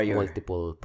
multiple